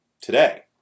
today